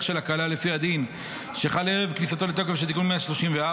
של הקלה לפי הדין שחל ערב כניסתו לתוקף של תיקון 134,